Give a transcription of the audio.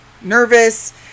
Nervous